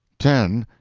ten.